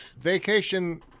vacation